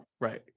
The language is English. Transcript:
Right